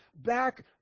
back